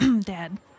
Dad